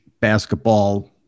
basketball